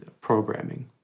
programming